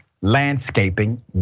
landscaping